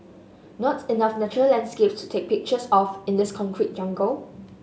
not enough natural landscapes to take pictures of in this concrete jungle